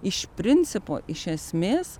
iš principo iš esmės